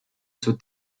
zur